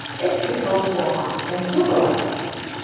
it's the code format that google likes best.